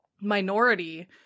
minority